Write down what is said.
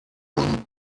eine